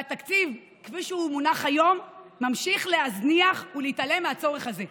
התקציב כפי שהוא מונח היום ממשיך להזניח ולהתעלם מהצורך הזה.